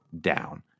down